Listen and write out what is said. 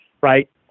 right